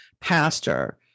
pastor